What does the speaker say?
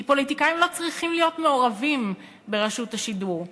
כי פוליטיקאים לא צריכים להיות מעורבים ברשות השידור.